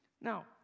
Now